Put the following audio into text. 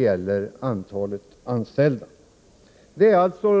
i antalet anställda, bedrivs i bolagsform.